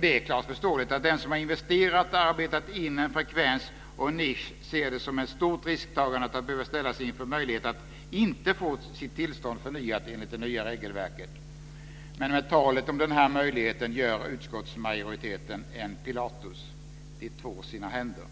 Det är klart förståeligt att den som har investerat och som har arbetat in en frekvens och en nisch ser det som ett stort risktagande att behöva ställas inför den möjliga situationen att inte få sitt tillstånd förnyat enligt det nya regelverket. Men med talet om denna möjliga situation gör utskottsmajoriteten en Pilatus - de tvår sina händer.